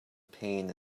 pain